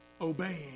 obeying